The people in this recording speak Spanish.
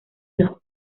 los